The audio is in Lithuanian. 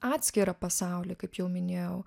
atskirą pasaulį kaip jau minėjau